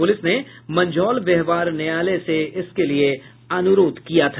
police ने मंझौल व्यवहार न्यायालय से इसके लिये अनुरोध किया था